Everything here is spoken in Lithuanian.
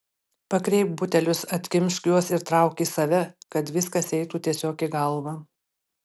pakreipk butelius atkimšk juos ir trauk į save kad viskas eitų tiesiog į galvą